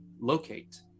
locate